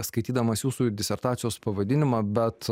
skaitydamas jūsų disertacijos pavadinimą bet